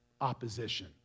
opposition